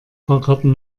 fahrkarten